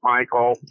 Michael